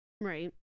Right